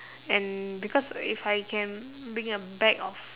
and because if I can bring a bag of